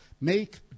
make